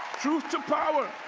truth to power.